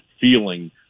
feeling